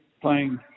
playing